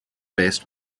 best